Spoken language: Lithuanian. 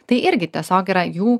tai irgi tiesiog yra jų